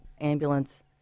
ambulance